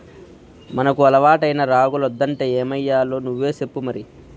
మనకు అలవాటైన రాగులొద్దంటే ఏమయ్యాలో నువ్వే సెప్పు మరి